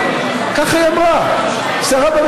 האירוע הזה הוא לא תקדימי.